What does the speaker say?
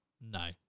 No